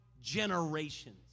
generations